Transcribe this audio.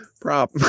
prop